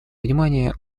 внимание